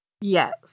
Yes